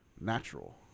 natural